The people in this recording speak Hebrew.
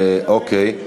אוקיי.